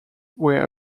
were